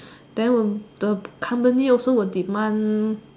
then the company also will demand